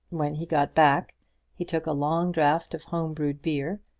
when he got back he took a long draught of home-brewed beer,